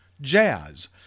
jazz